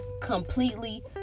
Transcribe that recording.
completely